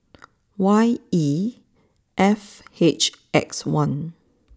Y E F H X one